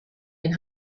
den